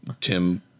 Tim